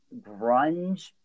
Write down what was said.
grunge